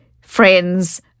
friends